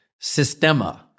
Sistema